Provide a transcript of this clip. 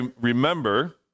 remember